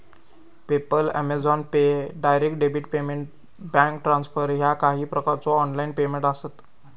PayPal, Amazon pay, direct debit payment, bank transfer ह्या काही प्रकारचो ऑनलाइन पेमेंट आसत